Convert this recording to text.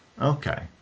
Okay